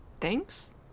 Thanks